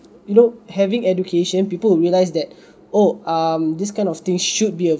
you know having education people will realise that oh um this kind of thing should be